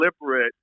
deliberate